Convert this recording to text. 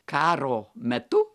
karo metu